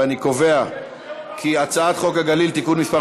אני קובע כי הצעת חוק הגליל (תיקון מס'